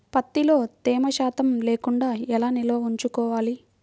ప్రత్తిలో తేమ శాతం లేకుండా ఎలా నిల్వ ఉంచుకోవాలి?